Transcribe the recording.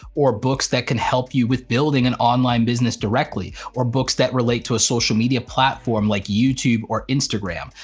or books that can help you with building an online business directly, or books that relate to a social media platform like youtube or instagram,